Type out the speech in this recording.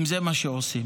אם זה מה שעושים.